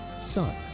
son